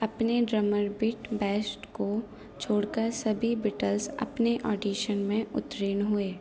अपने drummer Pete Best को छोड़कर सभी बीटल्स अपने ऑडिशन में उत्तीर्ण हुए